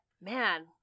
man